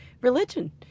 religion